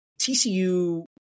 TCU